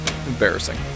embarrassing